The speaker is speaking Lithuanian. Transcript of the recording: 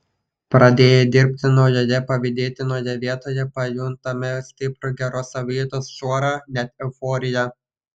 pradėję dirbti naujoje pavydėtinoje vietoje pajuntame stiprų geros savijautos šuorą net euforiją